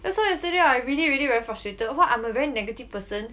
that's why yesterday I really really very frustrated [what] I'm a very negative person